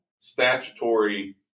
statutory